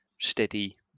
steady